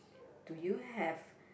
do you have